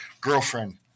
girlfriend